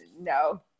no